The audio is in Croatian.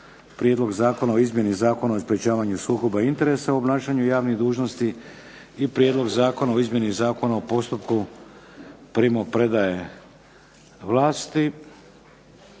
to je Zakon o izmjeni Zakona o sprečavanju sukoba interesa u obnašanju javnih dužnosti i Prijedlog zakona o izmjeni Zakona o postupku primopredaje vlasti.